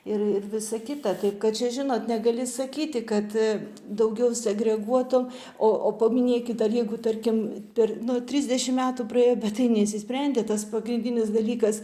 ir ir visa kita taip kad čia žinot negali sakyti kad daugiau segreguotų o o paminėkit ar jeigu tarkim per trisdešim metų praėjo bet tai neišsisprendė tas pagrindinis dalykas